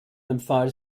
empfahl